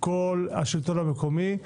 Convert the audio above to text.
כל השלטון המקומי,